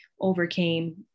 overcame